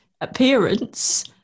appearance